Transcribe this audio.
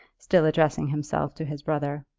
still addressing himself to his brother.